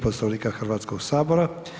Poslovnika Hrvatskog sabora.